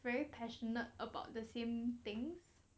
very passionate about the same things